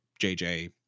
JJ